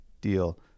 deal